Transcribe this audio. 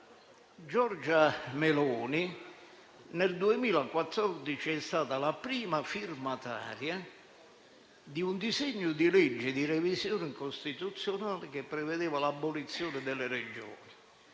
Giorgia Meloni, nel 2014, è stata la prima firmataria di un disegno di legge di revisione costituzionale che prevedeva l'abolizione delle Regioni.